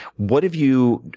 what have you,